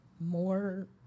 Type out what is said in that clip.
more